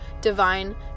divine